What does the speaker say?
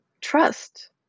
trust